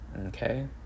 Okay